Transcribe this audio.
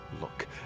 look